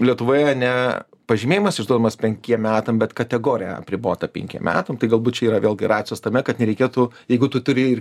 lietuvoje ne pažymėjimas išduodamas penkiem metam bet kategorija apribota penkiem metam tai galbūt čia yra vėlgi racijos tame kad nereikėtų jeigu tu turi ir